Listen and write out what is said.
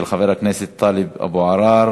הצעה לסדר-היום של חבר הכנסת טלב אבו עראר,